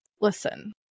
listen